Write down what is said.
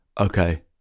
Okay